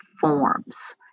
forms